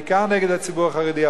בעיקר נגד הציבור החרדי,